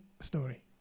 story